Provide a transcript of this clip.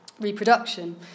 reproduction